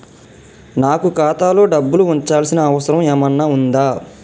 నాకు ఖాతాలో డబ్బులు ఉంచాల్సిన అవసరం ఏమన్నా ఉందా?